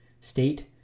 state